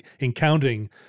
encountering